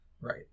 Right